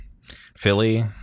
philly